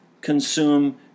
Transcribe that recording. consume